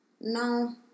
No